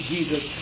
Jesus